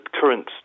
current